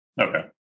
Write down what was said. Okay